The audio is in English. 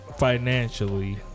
Financially